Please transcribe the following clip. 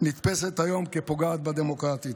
נתפסת היום כפוגעת ב"דמוקרטית".